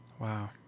Wow